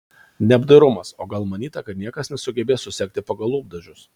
neapdairumas o gal manyta kad niekas nesugebės susekti pagal lūpdažius